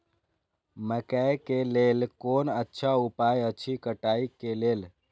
मकैय के लेल कोन अच्छा उपाय अछि कटाई के लेल?